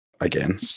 again